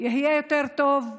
יהיה יותר טוב לכולנו.